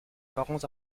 parents